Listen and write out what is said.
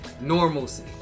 Normalcy